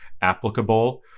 applicable